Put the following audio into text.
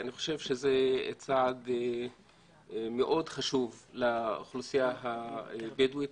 אני חושב שזה צעד מאוד חשוב לאוכלוסייה הבדואית,